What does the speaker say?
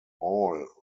all